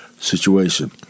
situation